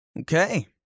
Okay